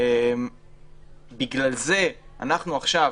ובגלל זה אנחנו עכשיו